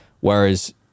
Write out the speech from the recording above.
Whereas